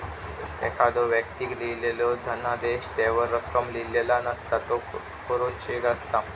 एखाद्दो व्यक्तीक लिहिलेलो धनादेश त्यावर रक्कम लिहिलेला नसता, त्यो कोरो चेक असता